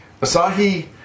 Asahi